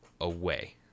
away